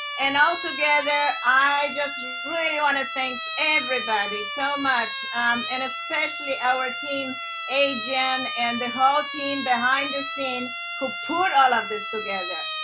and all together i just really want to thank everybody so much and especially our team agent and the whole team behind the scenes who put all of this together.